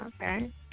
Okay